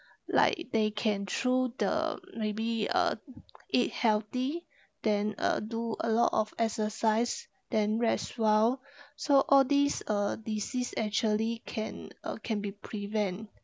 like they can through the maybe uh eat healthy then uh do a lot of exercise then rest well so all these uh disease actually can uh can be prevent